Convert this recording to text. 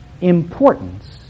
importance